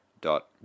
dot